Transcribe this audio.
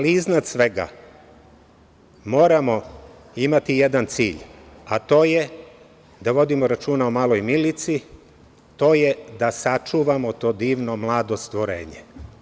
Iznad svega, moramo imati jedan cilj, a to je da vodimo računa o maloj Milici, to je da sačuvamo to divno mlado stvorenje.